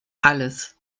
alles